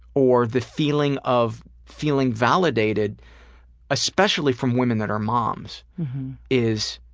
or the feeling of feeling validated especially from women that are moms is